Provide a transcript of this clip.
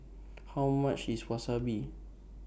How much IS Wasabi